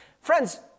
friends